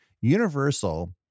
Universal